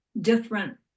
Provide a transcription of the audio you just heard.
different